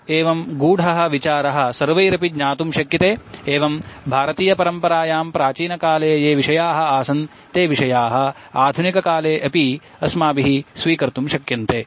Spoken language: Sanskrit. एवं गूढः विचारः सर्वैरपि ज्ञातुं शक्यते एवं भारतीयपरम्परायां प्राचीनकाले ये विषयाः आसन् ते विषयाः आधुनिककाले अपि अस्माभिः स्वीकर्तुं शक्यन्ते